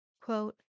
Quote